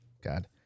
God